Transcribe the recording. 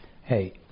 Hey